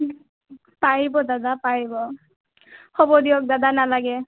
পাৰিব দাদা পাৰিব হ'ব দিয়ক দাদা নালাগে